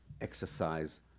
exercise